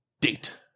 date